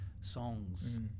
songs